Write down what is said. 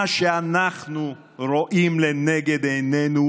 מה שאנחנו רואים לנגד עינינו